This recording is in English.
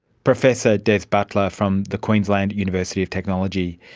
professor des butler from the queensland university of technology.